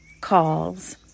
calls